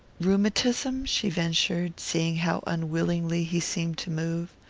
rheumatism? she ventured, seeing how unwillingly he seemed to move.